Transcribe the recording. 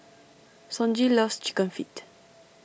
Sonji loves Chicken Feet